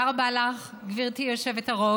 תודה רבה לך, גברתי היושבת-ראש.